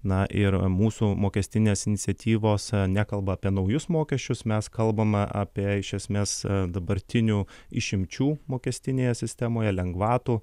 na ir mūsų mokestinės iniciatyvos nekalba apie naujus mokesčius mes kalbame apie iš esmės dabartinių išimčių mokestinėje sistemoje lengvatų